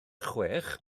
chwech